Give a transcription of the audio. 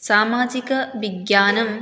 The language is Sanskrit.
सामाजिकविज्ञानं